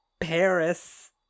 Paris